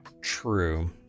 true